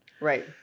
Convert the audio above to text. Right